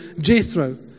Jethro